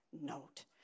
note